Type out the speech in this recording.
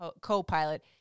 co-pilot